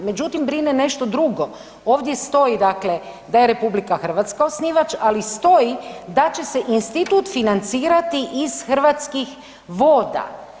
Međutim brine nešto drugo, ovdje stoji dakle da je RH osnivač ali stoji da će se institut financirati iz Hrvatskih voda.